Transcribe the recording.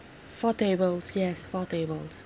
four tables yes four tables